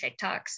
TikToks